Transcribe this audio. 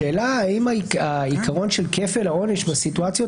השאלה האם העיקרון של כפל העונש בסיטואציות